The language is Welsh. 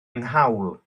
nghawl